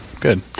good